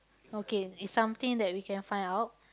okay it's something that we can find out